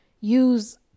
use –